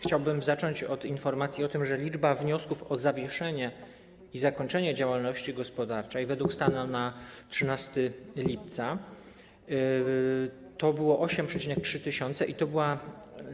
Chciałbym zacząć od informacji o tym, że liczba wniosków o zawieszenie i zakończenie działalności gospodarczej według stanu na dzień 13 lipca to było 8,3 tys. i to była